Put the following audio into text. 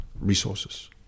resources